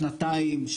שנתיים,